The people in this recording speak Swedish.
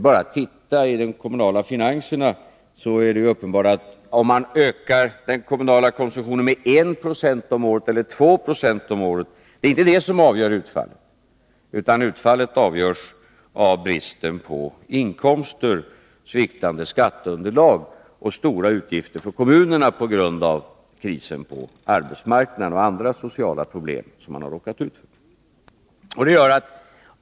Tittar man på de kommunala finanserna finner man att avgörande för det kommunala skatteutfallet inte är huruvida man ökar den kommunala konsumtionen med 1920 eller med 2 70 om året, utan skatteutfallet avgörs av bristen på inkomster, sviktande skatteunderlag och stora utgifter för kommunerna på grund av krisen på arbetsmarknaden och andra sociala problem som man har råkat ut för.